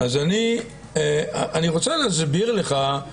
אז אני רוצה להסביר לך,